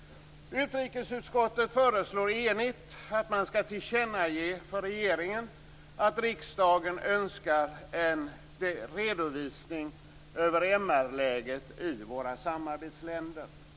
Utrikesutskottet föreslår enigt att man skall tillkännage för regeringen att riksdagen önskar en redovisning över MR-läget i våra samarbetsländer.